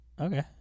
Okay